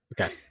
Okay